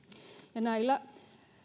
näillä